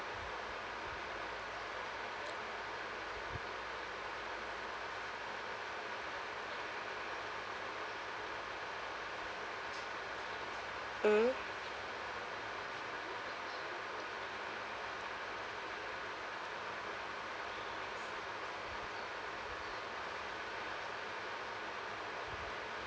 mmhmm